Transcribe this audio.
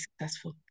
successful